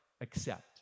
accept